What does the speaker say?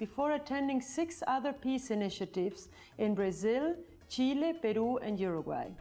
before attending six other peace initiatives in brazil she lived a door and you're away